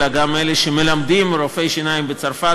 אלא גם אלה שמלמדים רופאי שיניים בצרפת,